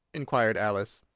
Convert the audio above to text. inquired alice.